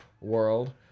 world